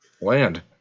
Land